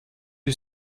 who